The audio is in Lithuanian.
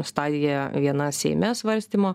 stadija viena seime svarstymo